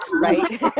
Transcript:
Right